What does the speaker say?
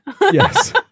yes